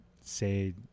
say